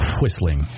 whistling